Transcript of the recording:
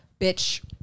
bitch